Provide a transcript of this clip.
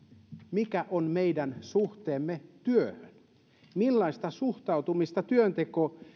mikä on meidän suhteemme työhön millaista suhtautumista työntekoon